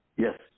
Yes